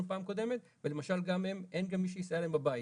פעם קודמת ולמשל גם אין מי שיסייע להם בבית.